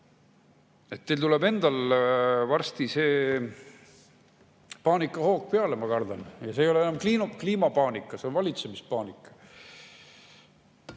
Teil tuleb endal varsti paanikahoog peale, ma kardan, ja see ei ole enam kliimapaanika, see on valitsemispaanika.